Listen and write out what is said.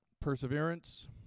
perseverance